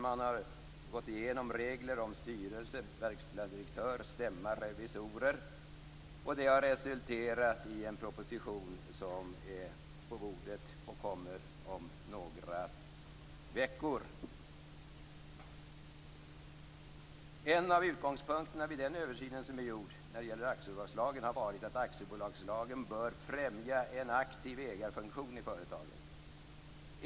Man har gått igenom regler om styrelse, verkställande direktör, stämma och revisorer, och det har resulterat i en proposition som kommer om några veckor. En av utgångspunkterna vid översynen av aktiebolagslagen har varit att aktiebolagslagen bör främja en aktiv ägarfunktion i företagen.